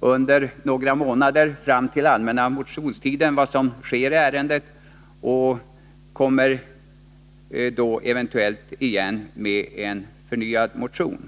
under några månader, fram till den allmänna motionstiden, för att se vad som sker i ärendet och kommer då eventuellt med en förnyad motion.